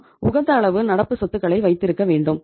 நாம் உகந்த அளவு நடப்பு சொத்துக்களை வைத்திருக்க வேண்டும்